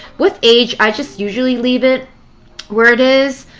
with age, i just usually leave it where it is.